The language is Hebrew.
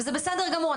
וזה בסדר גמור.